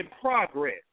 progress